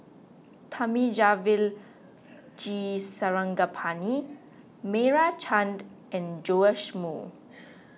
Thamizhavel G Sarangapani Meira Chand and Joash Moo